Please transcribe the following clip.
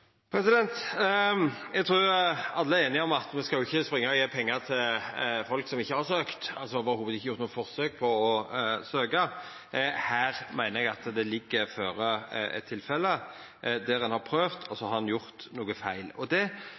Eg trur alle er einige om at me ikkje skal springa og gje pengar til folk som ikkje har søkt, og som ikkje i det heile har gjort noko forsøk på å søkja. Her meiner eg at det ligg føre eit tilfelle der ein har prøvd, og så har ein gjort noko feil. Det